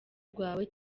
rwawe